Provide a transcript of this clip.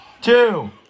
two